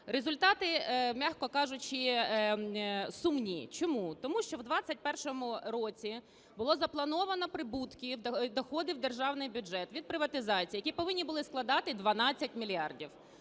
Результати, м'яко кажучи, сумні. Чому? Тому що в 2021 році були заплановані прибутки, доходи в державний бюджет від приватизації, які повинні були складати 12 мільярдів.